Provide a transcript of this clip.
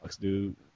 dude